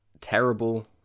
terrible